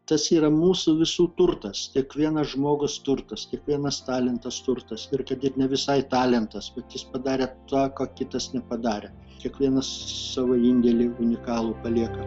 tas yra mūsų visų turtas kiekvienas žmogus turtas kiekvienas talentas turtas ir kad ir ne visai talentas bet jis padarė tą ką kitas nepadarė kiekvienas savo indėlį unikalų palieka